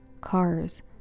cars